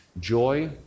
joy